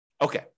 Okay